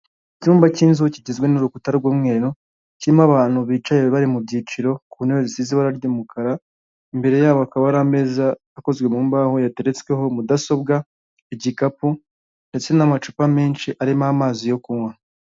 Icyumba cy'inzu kigizwe n'urukuta rw'umweru, kirimo abantu bicaye bari mu byiciro ku ntebe zisize ibara ry'umukara, imbere yabo hakaba hari ameza akozwe mu mbaho yateretsweho mudasobwa, igikapu ndetse n'amacupa menshi arimo amazi yo kunywa.